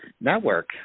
network